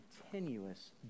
Continuous